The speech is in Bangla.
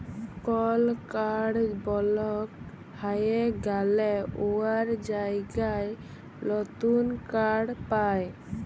কল কাড় বলক হঁয়ে গ্যালে উয়ার জায়গায় লতুল কাড় পায়